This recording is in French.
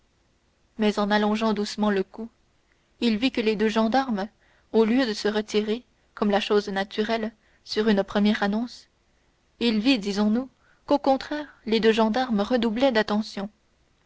mais en allongeant doucement le cou il vit que les deux gendarmes au lieu de se retirer comme la chose naturelle sur une première annonce il vit disons-nous qu'au contraire les deux gendarmes redoublaient d'attention